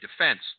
defense